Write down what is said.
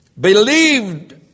believed